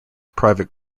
private